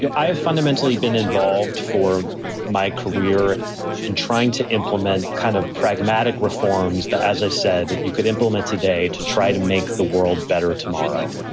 i have fundamentally been involved for my career in trying to implement kind of pragmatic reforms that, as i said you could implement today to try to make the world better tomorrow.